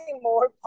more